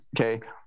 okay